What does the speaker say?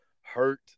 hurt